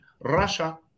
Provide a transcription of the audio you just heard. Russia